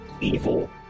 evil